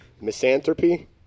Misanthropy